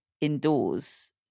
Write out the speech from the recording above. indoors